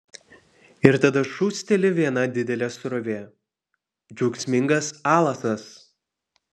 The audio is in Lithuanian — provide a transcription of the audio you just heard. ir tada šūsteli viena didelė srovė džiaugsmingas alasas